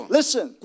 listen